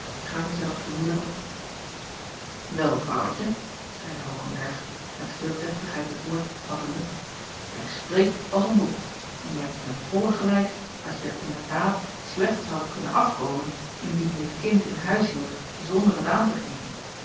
gaven zij dat vermoeden op jacob van ennep el vrouwtje zeide hoogenberg met veel deftigheid het woord opvattende jij spreekt als een boek en je hebt ten volle gelijk datje er inderdaad slecht zoudt kunnen afkomen indien je het kind in huis hield zonder het aan te geven